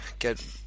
get